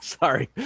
sorry,